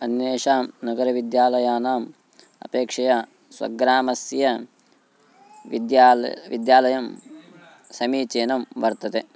अन्येषां नगरविद्यालयानाम् अपेक्षया स्वग्रामस्य विद्यालयं विद्यालयं समीचीनं वर्तते